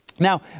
Now